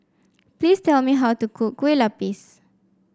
please tell me how to cook Kue Lupis